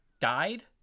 died